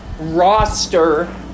Roster